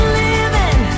living